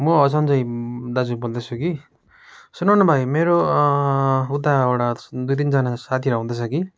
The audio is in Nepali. म सञ्जय दाजु बोल्दैछु कि सुन न भाइ मेरो उताबाट दुई तिनजना साथीहरू आउँदैछ कि